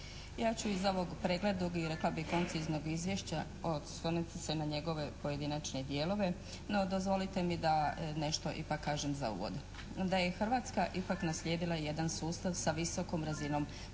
Ja ću iz ovog pregleda rekla bih konciznog izvješća, osloniti se na njegove pojedinačne dijelove, no dozvolite mi da nešto ipak kažem za uvod. Da je Hrvatska ipak naslijedila jedan sustav sa visokom razinom prava.